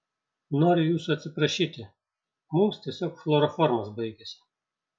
noriu jūsų atsiprašyti mums tiesiog chloroformas baigėsi